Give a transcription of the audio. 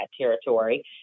territory